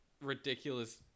ridiculous